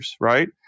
right